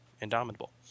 indomitable